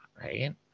right